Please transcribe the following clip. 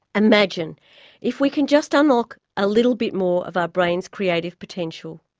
imagine if we can just unlock a little bit more of our brain's creative potential.